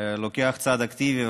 לוקח צעד אקטיבי.